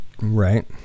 Right